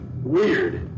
weird